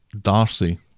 Darcy